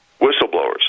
whistleblowers